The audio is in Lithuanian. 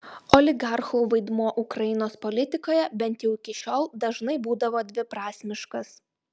oligarchų vaidmuo ukrainos politikoje bent jau iki šiol dažnai būdavo dviprasmiškas